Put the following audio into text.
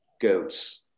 goats